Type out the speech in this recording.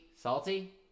Salty